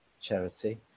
charity